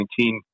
2019